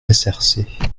src